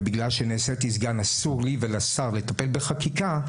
ומפני שנעשיתי סגן, אסור לי ולשר לטפל בחקיקה,